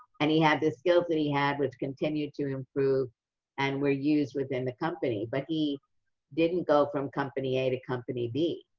and he had the skills that he had, which continued to improve and were used within the company. but he didn't go from company a to company b.